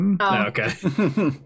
Okay